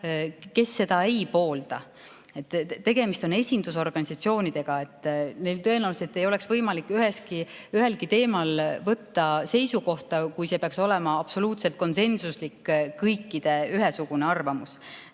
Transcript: kes seda ei poolda. Tegemist on esindusorganisatsioonidega, neil tõenäoliselt ei oleks võimalik ühelgi teemal seisukohta võtta, kui see peaks olema absoluutselt konsensuslik, kõikide ühesugune arvamus.